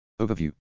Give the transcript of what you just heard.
Overview